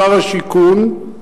שר השיכון,